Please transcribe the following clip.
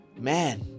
Man